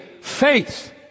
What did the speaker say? faith